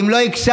אם לא הקשבת,